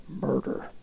murder